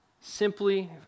simply